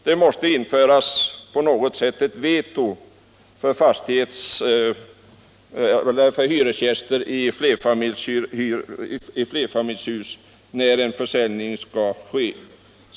Det måste på något sätt införas ett veto för hyresgäster i flerfamiljshus när en försäljning skall ske.